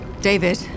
David